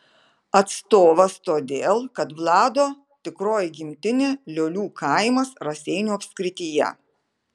atstovas todėl kad vlado tikroji gimtinė liolių kaimas raseinių apskrityje